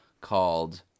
called